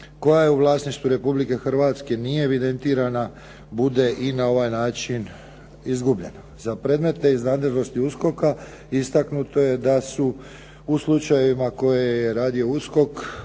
koja je u vlasništvu Republike Hrvatske nije evidentirana bude i na ovaj način izgubljena. Za predmete iz nadležnosti USKOK-a istaknuto je da su u slučajevima koje je radio USKOK